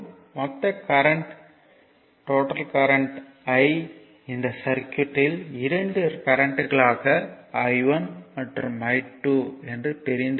மொத்த current I இந்த சர்க்யூட்யில் இரண்டு கரண்ட்களாக I1 மற்றும் I2 என பிரிந்துள்ளது